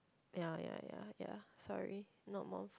ya ya ya ya sorry not most